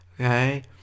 okay